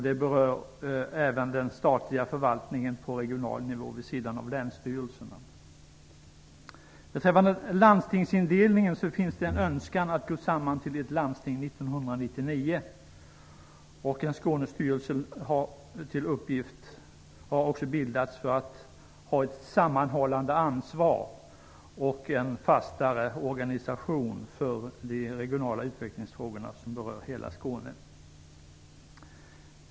Det berör även den statliga förvaltningen på regional nivå vid sidan av länsstyrelserna. Beträffande landstingsindelningen finns det en önskan att gå samman till ett landsting 1999. En Skånestyrelse har också bildats för att ha ett sammanhållande ansvar och en fastare organisation för de regionala utvecklingsfrågor som berör hela Skåne.